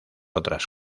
otras